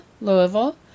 Louisville